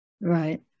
Right